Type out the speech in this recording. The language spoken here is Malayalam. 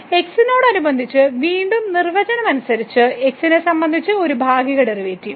x നോടനുബന്ധിച്ച് വീണ്ടും നിർവചനം അനുസരിച്ച് x നെ സംബന്ധിച്ച് ഒരു ഭാഗിക ഡെറിവേറ്റീവ്